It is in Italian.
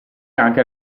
anche